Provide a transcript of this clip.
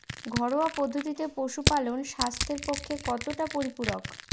ঘরোয়া পদ্ধতিতে পশুপালন স্বাস্থ্যের পক্ষে কতটা পরিপূরক?